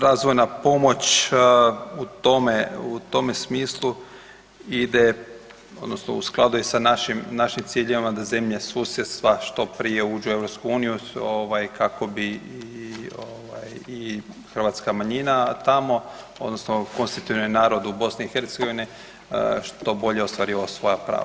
Razvojna pomoć u tome smislu ide odnosno u skladu je sa našim ciljevima da zemlje susjedstva što prije uđu u EU kako bi i hrvatska manjina tamo, odnosno konstitutivni narod u BiH što bolje ostvarivao svoja prava.